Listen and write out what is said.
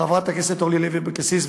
חברת הכנסת אורלי לוי אבקסיס,